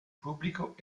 pubblico